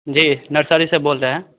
जी nursery से बोल रहे हैं